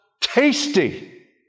Tasty